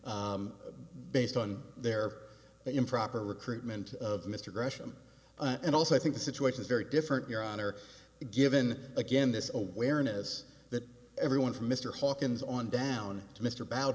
based on their improper recruitment of mr gresham and also i think the situation is very different your honor given again this awareness that everyone from mr hawkins on down to mr bo